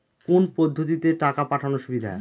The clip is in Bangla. কোন পদ্ধতিতে টাকা পাঠানো সুবিধা?